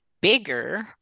bigger